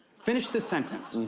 finish this sentence.